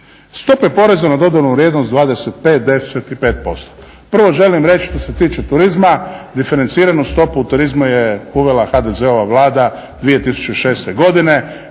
treba uzet u obzir. Stope PDV-a 25, 10 i 5%. Prvo želim reći što se tiče turizma, diferenciranu stopu u turizmu je uvela HDZ-ova Vlada 2006. godine